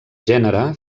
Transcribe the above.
gènere